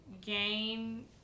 gain